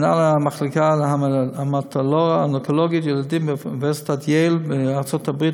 מנהל המחלקה להמטו-אונקולוגיה ילדים באוניברסיטת ייל בארצות הברית,